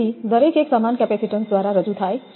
તેથી દરેક એક સમાન શન્ટ કેપેસિટેન્સ દ્વારા રજૂ થાય છે